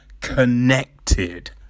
Connected